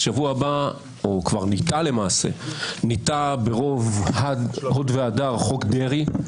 כבר ניטע ברוב הוד והדר "חוק דרעי".